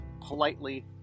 politely